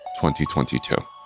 2022